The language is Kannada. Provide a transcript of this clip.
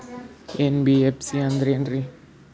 ಎನ್.ಬಿ.ಎಫ್.ಸಿ ಅಂದ್ರ ಏನ್ರೀ?